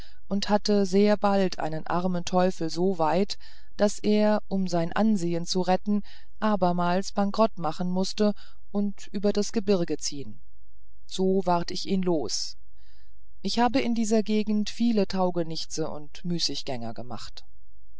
und hatte sehr bald den armen teufel so weit daß er um sein ansehen zu retten abermals bankerot machen mußte und über das gebirge ziehen so ward ich ihn los ich habe in dieser gegend viele taugenichtse und müßiggänger gemacht